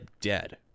dead